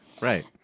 Right